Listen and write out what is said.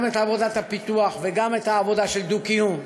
גם את עבודת הפיתוח וגם את העבודה של דו-קיום,